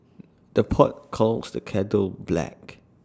the pot calls the kettle black